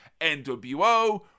nwo